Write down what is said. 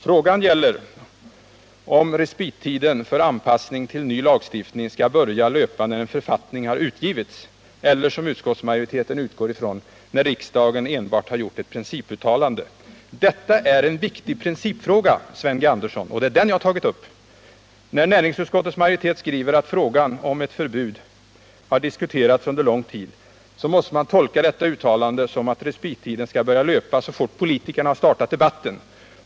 Frågan gäller om respittiden för anpassning till ny lagstiftning skall börja löpa när en författning har utgivits eller, som utskottsmajoriteten utgår från, när riksdagen enbart har gjort ett principuttalande. Detta är en viktig principfråga, Sven G. Andersson, och det är den jag har tagit upp. När näringsutskottets majoritet skriver att frågan om ett förbud har diskuterats under lång tid måste man tolka detta uttalande så, att respittiden skall börja löpa så fort politikerna har startat debatten.